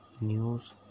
news